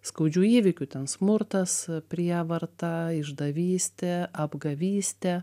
skaudžių įvykių ten smurtas prievarta išdavystė apgavystė